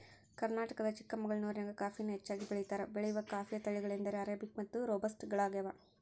ಕರ್ನಾಟಕದ ಚಿಕ್ಕಮಗಳೂರಿನ್ಯಾಗ ಕಾಫಿನ ಹೆಚ್ಚಾಗಿ ಬೆಳೇತಾರ, ಬೆಳೆಯುವ ಕಾಫಿಯ ತಳಿಗಳೆಂದರೆ ಅರೇಬಿಕ್ ಮತ್ತು ರೋಬಸ್ಟ ಗಳಗ್ಯಾವ